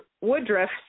Woodruff